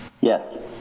Yes